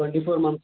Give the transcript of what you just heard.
twenty four months